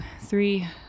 three